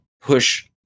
push